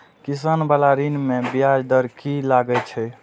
किसान बाला ऋण में ब्याज दर कि लागै छै?